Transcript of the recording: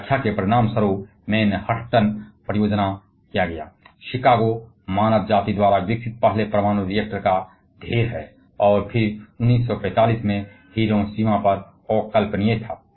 और उनकी व्याख्या के परिणामस्वरूप मैनहट्टन परियोजना का नेतृत्व किया गया फिर शिकागो ने मानव जाति द्वारा विकसित पहले परमाणु रिएक्टर को ढेर कर दिया और फिर 1945 में हिरोशिमा में असंबद्ध